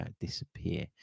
disappear